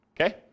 Okay